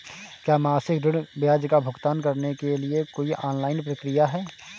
क्या मासिक ऋण ब्याज का भुगतान करने के लिए कोई ऑनलाइन प्रक्रिया है?